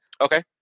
Okay